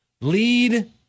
lead